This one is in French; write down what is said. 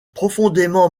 profondément